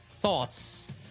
Thoughts